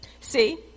See